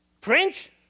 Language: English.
French